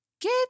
Get